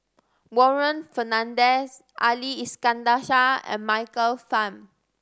Warren Fernandez Ali Iskandar Shah and Michael Fam